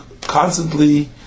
constantly